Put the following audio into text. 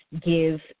give